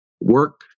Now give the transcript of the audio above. work